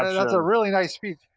that's a really nice feature.